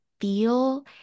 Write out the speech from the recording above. feel –